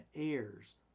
heirs